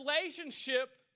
relationship